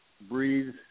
breathe